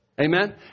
Amen